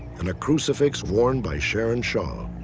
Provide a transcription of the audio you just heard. and a crucifix worn by sharon shaw.